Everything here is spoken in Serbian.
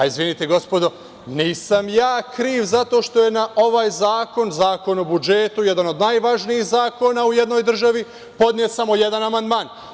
Izvinite, gospodo, nisam ja kriv zato što je na ovaj zakon, Zakon o budžetu, jedan od najvažnijih zakona u jednoj državi, podnet samo jedan amandman.